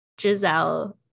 Giselle